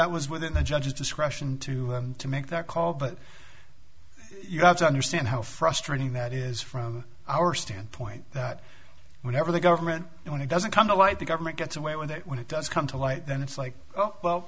that was within the judge's discretion to have to make that call but you have to understand how frustrating that is from our standpoint that whenever the government and when it doesn't come to light the government gets away with it when it does come to light and it's like oh well